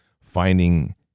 finding